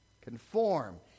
Conform